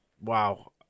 Wow